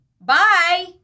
bye